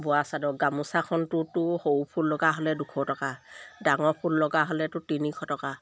বোৱা চাদৰ গামোচাখনটোতো সৰু ফুল লগা হ'লে দুশ টকা ডাঙৰ ফুল লগা হ'লেতো তিনিশ টকা